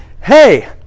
Hey